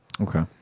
Okay